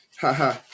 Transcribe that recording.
Haha